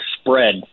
spread